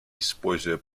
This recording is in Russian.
используя